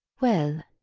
well,